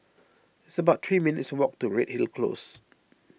it's about three minutes' walk to Redhill Close